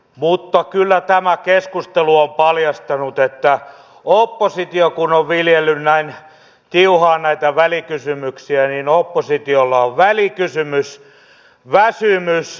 mutta kyllä tämä keskustelu on paljastanut että kun oppositio on viljellyt näin tiuhaan näitä välikysymyksiä niin oppositiolla on välikysymysväsymys